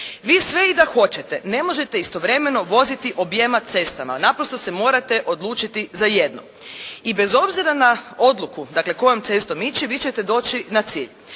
Vi sve i da hoćete ne možete istovremeno voziti objema cestama. Naprosto se morate odlučiti za jednu. I bez obzira na odluku, dakle kojom cestom ići vi ćete doći na cilj.